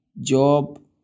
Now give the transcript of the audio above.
Job